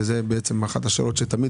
וזאת אחת השאלות שעולות תמיד